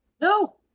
No